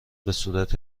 بهصورت